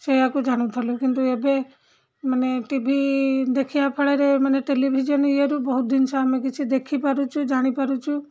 ସେୟାକୁ ଜାଣୁଥୁଲୁ କିନ୍ତୁ ଏବେ ମାନେ ଟିଭି ଦେଖିବା ଫଳରେ ମାନେ ଟେଲିଭିଜନ ଇଏରୁ ବହୁତ ଜିନିଷ ଆମେ କିଛି ଦେଖିପାରୁଛୁ ଜାଣିପାରୁଛୁ